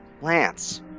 plants